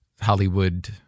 hollywood